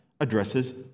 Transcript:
addresses